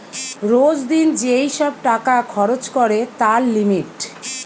রোজ দিন যেই সব টাকা খরচ করে তার লিমিট